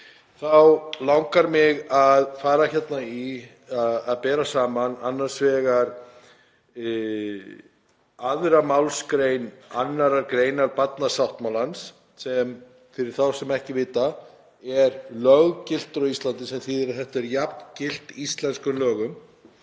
þá langar mig að fara í að bera saman annars vegar 2. mgr. 2. gr. barnasáttmálans sem, fyrir þá sem ekki vita, er löggiltur á Íslandi sem þýðir að þetta er jafngilt íslenskum lögum.